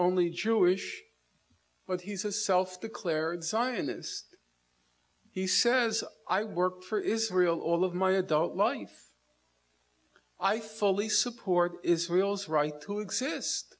only jewish but he's a self declared zionist he says i work for israel all of my adult life i fully support israel's right to exist